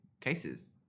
cases